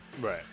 Right